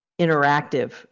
interactive